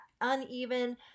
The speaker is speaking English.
uneven